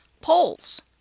Polls